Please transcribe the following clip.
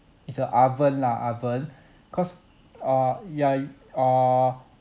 it's a oven lah oven cause uh ya y~ err